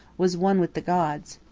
was one with the gods.